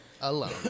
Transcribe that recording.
alone